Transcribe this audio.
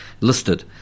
listed